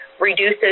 reduces